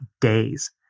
days